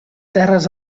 terres